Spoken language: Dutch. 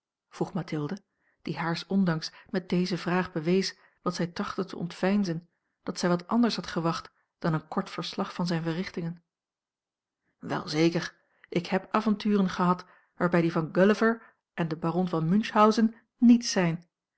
vroeg mathilde die haars ondanks met deze vraag bewees wat zij trachtte te ontveinzen dat zij wat anders had gewacht dan een kort verslag van zijne verrichtingen wel zeker ik heb avonturen gehad waarbij die van gulliver en den baron van münchhausen niets zijn